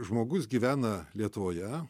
žmogus gyvena lietuvoje